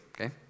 okay